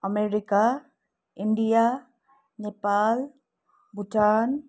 America India Nepal Bhutan